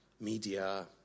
media